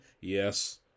Yes